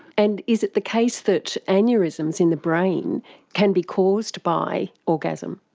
and is it the case that aneurysms in the brain can be caused by orgasm?